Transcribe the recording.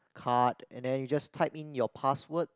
card and then you just type in your password